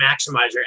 maximizer